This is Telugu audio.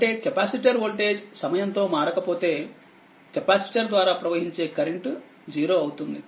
అంటే కెపాసిటర్వోల్టేజ్సమయం తో మారకకపోతే కెపాసిటర్ ద్వారా ప్రవహించే కరెంట్ 0 అవుతుంది